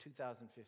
2015